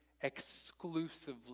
exclusively